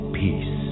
peace